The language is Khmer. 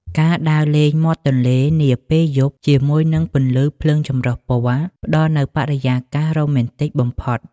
ការដើរលេងមាត់ទន្លេនាពេលយប់ ជាមួយនឹងពន្លឺភ្លើងចម្រុះពណ៌ ផ្ដល់នូវបរិយាកាសរ៉ូមែនទិកបំផុត។